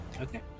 Okay